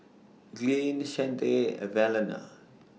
Glynn Chante Evalena